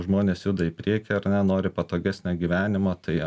žmonės juda į priekį ar ne nori patogesnio gyvenimo tai